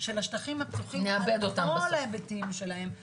של השטחים הפתוחים עם כל ההיבטים שלהם --- נאבד אותם בסוף.